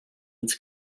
its